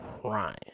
crying